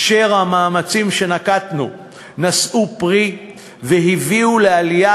אשר המאמצים שנקטנו נשאו פְרי והביאו לעלייה